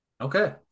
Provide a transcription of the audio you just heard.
Okay